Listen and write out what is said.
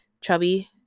chubby